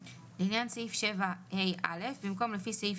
"(ו)לעניין סעיף 7ה(א) במקום "לפי סעיף